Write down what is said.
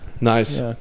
nice